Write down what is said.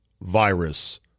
virus